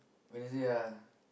Wednesday ah